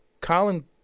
Colin